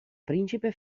principe